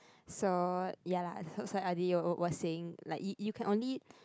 so ya lah so so was saying like you you can only